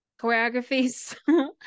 choreographies